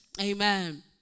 Amen